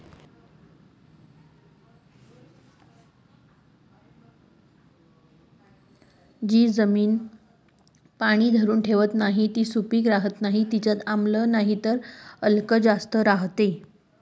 जी जमीन पाणी धरी ठेवस नही तीनी सुपीक रहस नाही तीनामा आम्ल नाहीतर आल्क जास्त रहास